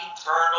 eternal